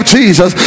Jesus